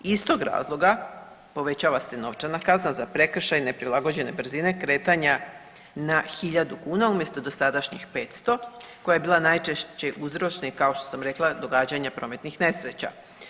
Iz tog razloga povećava se novčana kazna za prekršaj neprilagođene brzine kretanja na hiljadu kuna umjesto dosadašnjih 500 koja je bila najčešći uzročnih kao što sam rekla događanja prometnih nesreća.